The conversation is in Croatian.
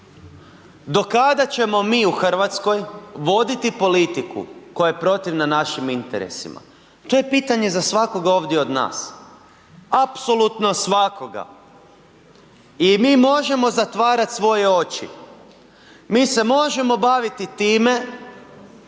Do kada ćemo mi u Hrvatskoj voditi politiku koja je protivna našim interesima? To je pitanje za svakoga ovdje od nas, apsolutno svakoga. I mi možemo zatvarat svoje oči, mi se možemo baviti time